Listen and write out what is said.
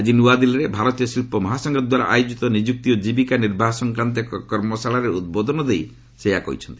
ଆକି ନ୍ନଆଦିଲ୍ଲୀରେ ଭାରତୀୟ ଶିଳ୍ପ ମହାସଂଘ ଦ୍ୱାରା ଆୟୋଜିତ ନିଯୁକ୍ତି ଓ ଜୀବିକା ନିର୍ବାହ ସଂକ୍ରାନ୍ତ ଏକ କର୍ମଶାଳାରେ ଉଦ୍ବୋଧନ ଦେଇ ସେ ଏହା କହିଛନ୍ତି